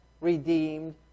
redeemed